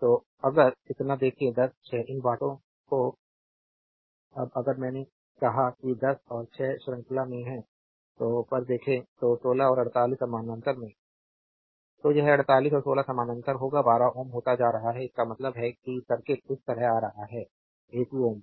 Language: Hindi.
तो अगर इतना देखो 10 6 इन बातों और ४८ अब अगर मैंने कहा कि 10 और 6 श्रृंखला में है पर देखो तो 16 और 48 समानांतर में हैं स्लाइड समय देखें 2229 तो यह 48 और 16 समानांतर होगा 12 Ω होता जा रहा है इसका मतलब है कि सर्किट इस तरह आ रहा है a2 Ω है